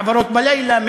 העברות בלילה,